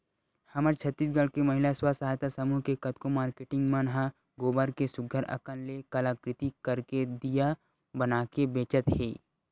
हमर छत्तीसगढ़ के महिला स्व सहयता समूह के कतको मारकेटिंग मन ह गोबर के सुग्घर अंकन ले कलाकृति करके दिया बनाके बेंचत हे